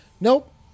Nope